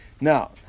now